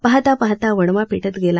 पाहता पाहता वणवा पेटत गेला